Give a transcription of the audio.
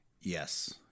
yes